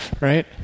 Right